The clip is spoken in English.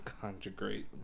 Conjugate